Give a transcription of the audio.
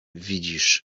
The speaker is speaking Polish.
widzisz